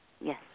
Yes